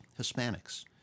hispanics